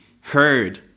heard